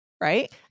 Right